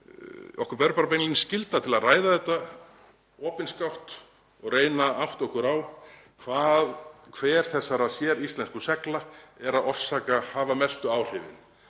Okkur ber beinlínis skylda til að ræða þetta opinskátt og reyna að átta okkur á því hver þessara séríslensku segla er að hafa mestu áhrifin.